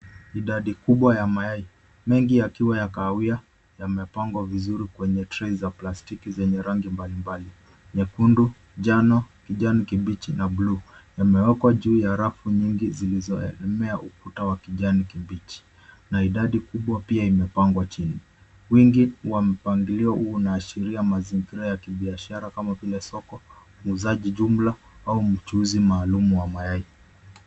Idadi kubwa ya mayai ,mengi yakiwa ya kahawia yamepangwa vizuri kwenye tray za plastiki zenye rangi mbalimbali. Nyekundu, njano, kijani kibichi na bluu, yamewekwa juu ya rafu nyingi zilizoegemea ukuta wa kijani kibichi na idadi kubwa pia imepangwa chini. Wingi wa mpangilio huu unaashiria mazingira ya kibiashara kama vile soko, uuzaji jumla au mchuuzi maalum wa mayai.